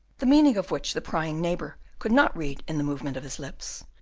the meaning of which the prying neighbour could not read in the movement of his lips,